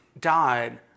died